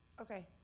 okay